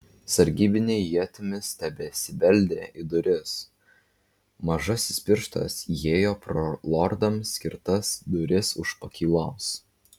sargybiniai ietimis tebesibeldė į duris mažasis pirštas įėjo pro lordams skirtas duris už pakylos